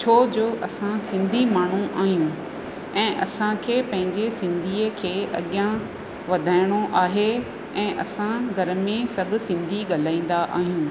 छो जो असां सिंधी माण्हू आहियूं ऐं असांखे पंहिंजे सिंधीअ खे अॻियां वधाइणो आहे ऐं असां घर में सभु सिंधी ॻाल्हाईंदा आहियूं